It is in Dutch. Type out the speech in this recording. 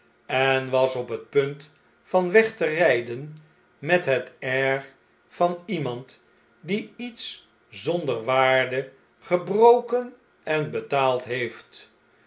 en was op het punt van weg terjjden met het air van iemand die iets zonder waarde gebroken en betaald heeft